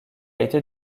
été